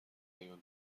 هیولا